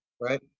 Right